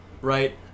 Right